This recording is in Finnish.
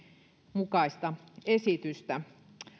mukaista esitystä